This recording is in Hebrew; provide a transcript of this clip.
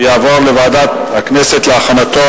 ותעבור לוועדת הכנסת להכנתה